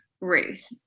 ruth